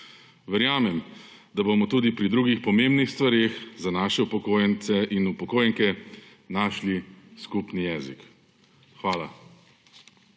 Verjamem, da bomo tudi pri drugih pomembnih stvareh za naše upokojence in upokojenke našli skupni jezik. Hvala.